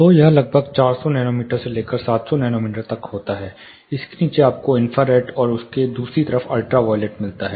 तो यह लगभग 400 नैनोमीटर से लेकर 700 नैनोमीटर तक होता है इसके नीचे आपको इंफ्रारेड और दूसरी तरफ अल्ट्रा वायलेट्स होते हैं